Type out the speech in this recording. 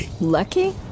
Lucky